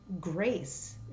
grace